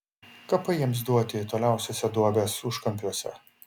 kapai jiems duoti toliausiuose duobės užkampiuose